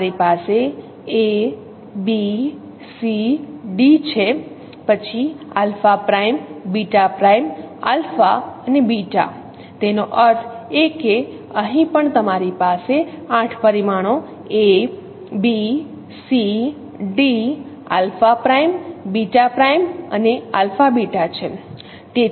તમારી પાસે a b c d છે પછી આલ્ફા પ્રાઇમ બીટા પ્રાઇમ અને આલ્ફા અને બીટા તેનો અર્થ એ કે અહીં પણ તમારી પાસે 8 પરિમાણો a b c d alpha prime beta prime અને આલ્ફા બીટા છે